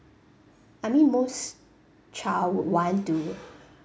I mean most child would want to